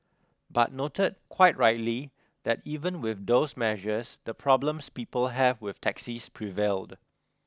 but noted quite rightly that even with those measures the problems people have with taxis prevailed